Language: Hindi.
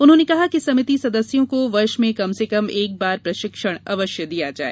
उन्होंने कहा कि समिति सदस्यों को वर्ष में कम से कम एक बार प्रशिक्षण अवश्य दिया जाए